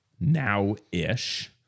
now-ish